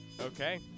okay